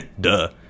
Duh